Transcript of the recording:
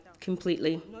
completely